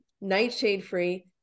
nightshade-free